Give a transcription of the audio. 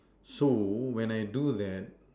so when I do that